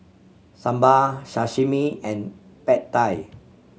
Sambar Sashimi and Pad Thai